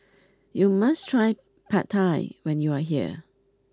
you must try Pad Thai when you are here